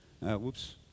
whoops